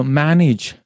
manage